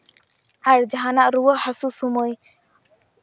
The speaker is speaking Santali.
ᱟᱨ ᱡᱟᱦᱟᱱᱟᱜ ᱨᱩᱣᱟᱹ ᱦᱟᱹᱥᱩ ᱥᱚᱢᱚᱭ